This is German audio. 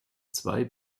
zwei